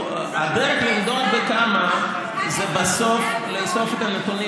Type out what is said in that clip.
הדרך למדוד בכמה היא בסוף לאסוף את הנתונים